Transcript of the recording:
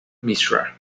mishra